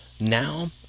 Now